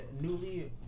newly